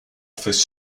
office